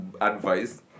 Advice